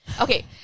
Okay